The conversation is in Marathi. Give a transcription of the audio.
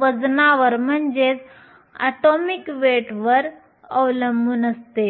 वजनावर अवलंबून असतात